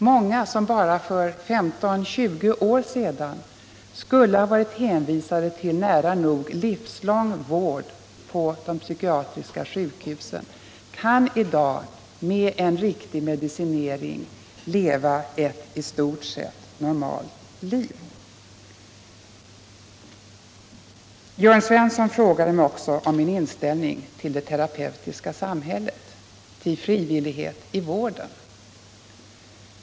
Många som för bara 15-20 år sedan skulle ha varit hänvisade till nära nog livslång vård på de psykiatriska sjukhusen kan i dag med en riktig medicinering leva ett i stort sett normalt liv. Jörn Svensson frågade mig också om min inställning till terapeutiska samhällen, till frivillighet i vården.